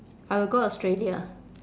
I will go australia